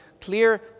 clear